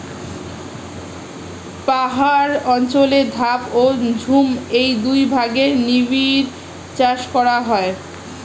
পাহাড় অঞ্চলে ধাপ ও ঝুম এই দুই ভাগে নিবিড় চাষ করা হয়